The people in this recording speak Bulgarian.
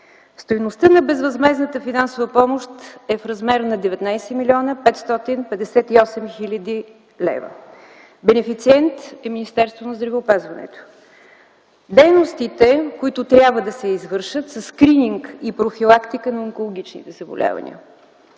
Стойността на безвъзмездната финансова помощ е в размер на 19 млн. 558 хил. лв. Бенефициент е Министерството на здравеопазването. Дейностите, които трябва да се извършат, са скрининг и профилактика на онкологичните заболявания.